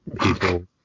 people